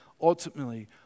Ultimately